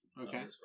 Okay